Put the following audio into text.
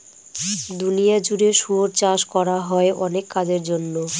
দুনিয়া জুড়ে শুয়োর চাষ করা হয় অনেক কাজের জন্য